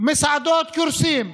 מסעדות קורסות,